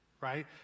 right